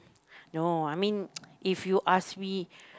no I mean if you ask me